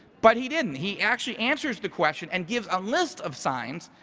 but he didn't, he actually answers the question and gives a list of signs,